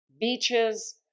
beaches